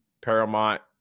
Paramount